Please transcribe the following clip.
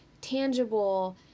tangible